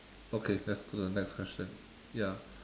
okay let's go to the next question ya